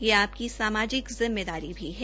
यह आपकी समाजिक जिम्मेदारी भी है